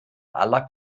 aller